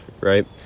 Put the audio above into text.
right